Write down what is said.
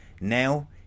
now